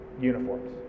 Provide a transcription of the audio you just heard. uniforms